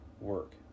work